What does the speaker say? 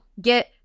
get